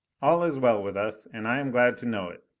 all is well with us and i am glad to know it.